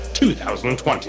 2020